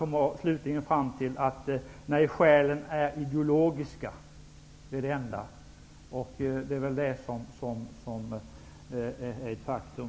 De har slutligen kommit fram till att det är fråga om ideologi. Det är ett faktum.